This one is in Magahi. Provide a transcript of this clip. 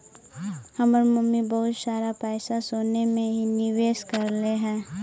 हमर मम्मी बहुत सारा पैसा सोने में ही निवेश करलई हे